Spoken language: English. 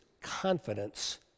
confidence